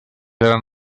eren